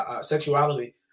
sexuality